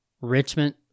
Richmond